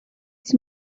sydd